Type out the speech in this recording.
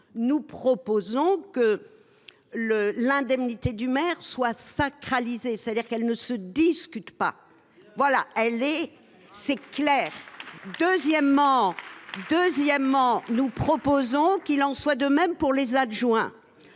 Nous proposons donc que l’indemnité du maire soit sacralisée, c’est à dire qu’elle ne soit pas discutable. C’est clair ! Deuxièmement, nous proposons qu’il en soit de même pour les adjoints.